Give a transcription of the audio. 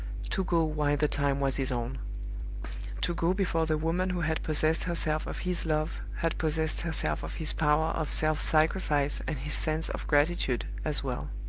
to go while the time was his own to go before the woman who had possessed herself of his love had possessed herself of his power of self-sacrifice and his sense of gratitude as well.